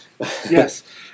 yes